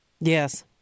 Yes